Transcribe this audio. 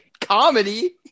comedy